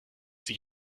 sich